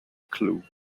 clue